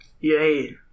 yay